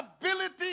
ability